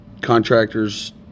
contractors